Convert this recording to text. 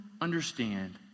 understand